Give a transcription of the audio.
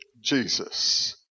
Jesus